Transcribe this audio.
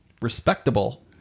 respectable